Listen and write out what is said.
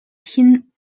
tin